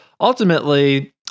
ultimately